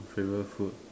favorite food